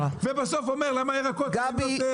ואז בסוף שואל למה אין ירקות זולים יותר --- גבי,